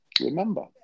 remember